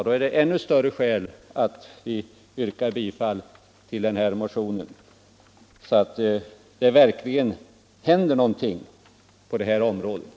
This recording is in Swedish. Då är det ännu större skäl att bifalla motionen, så att det verkligen händer någonting på området.